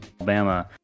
Alabama